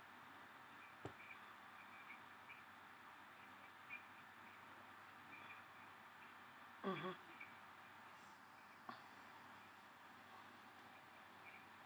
mmhmm